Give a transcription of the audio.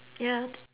ya